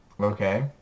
Okay